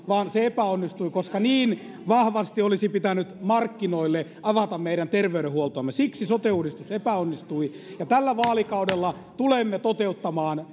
vaan se epäonnistui koska niin vahvasti olisi pitänyt markkinoille avata meidän terveydenhuoltoamme siksi sote uudistus epäonnistui tällä vaalikaudella tulemme toteuttamaan